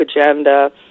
agenda